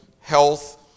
health